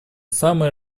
самые